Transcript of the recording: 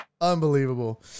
Unbelievable